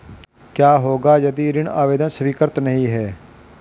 क्या होगा यदि ऋण आवेदन स्वीकृत नहीं है?